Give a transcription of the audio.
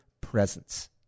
presence